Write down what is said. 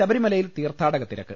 ശബരിമലയിൽ തീർത്ഥാടക തിരക്ക്